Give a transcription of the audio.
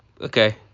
okay